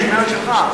המשמרת שלך.